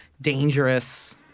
dangerous